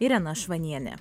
irena švanienė